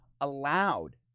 allowed